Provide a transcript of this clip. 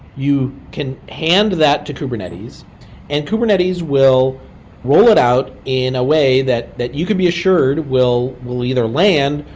you can hand that to kubernetes and kubernetes will roll it out in a way that that you could be assured will will either land,